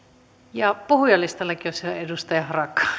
puhujalistallakin olisi vielä edustaja harakka